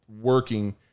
working